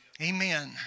Amen